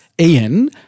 Ian